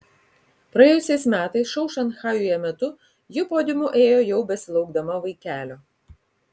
praėjusiais metais šou šanchajuje metu ji podiumu ėjo jau besilaukdama vaikelio